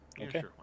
Okay